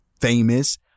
famous